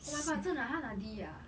oh my god 真的她拿 D ah